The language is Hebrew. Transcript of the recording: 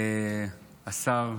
השר,